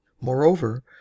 Moreover